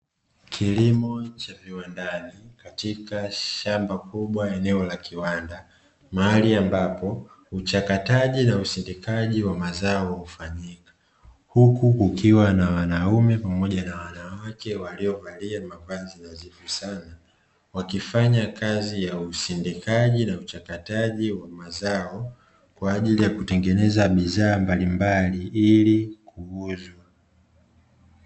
Kilimo cha viwandani katika shamba kubwa eneo la kiwanda mahali ambapo uchakataji na usindikaji wa chakula hufanyika, huku kukiwa na wanawake pamoja na wanaume waliovalia mavazi mazuri sana, wakifanya kazi ya usindikaji na uchakataji wa mazao kwaajili ya kutengeneza bidhaa mbalimbali ili kuuza.